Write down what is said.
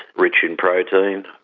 rich in protein.